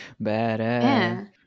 badass